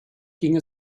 ging